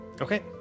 Okay